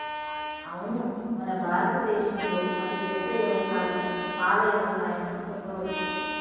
అవును మన భారత దేసంలో అతిపెద్ద యవసాయం పాల యవసాయం అని చెప్పవచ్చు